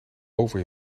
over